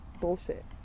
bullshit